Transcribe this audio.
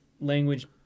language